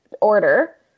order